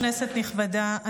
כנסת נכבדה,